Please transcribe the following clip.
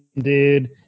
dude